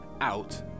out